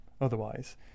otherwise